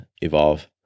evolve